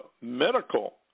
medical